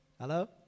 hello